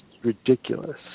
Ridiculous